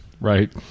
right